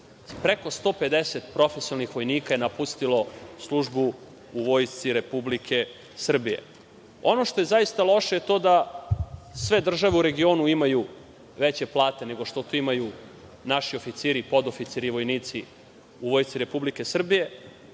preko 150 profesionalnih vojnika je napustilo službu u Vojsci Republike Srbije. Ono što je zaista loše je to da sve države u regionu imaju veće plate nego što primaju naši oficiri, podoficiri i vojnici u Vojsci Republike Srbije.